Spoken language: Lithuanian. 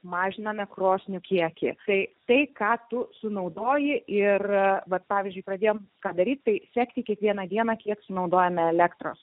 mažiname krosnių kiekį tai tai ką tu sunaudoji ir vat pavyzdžiui pradėjo ką daryti sekti kiekvieną dieną kiek naudojame elektros